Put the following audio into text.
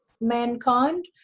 mankind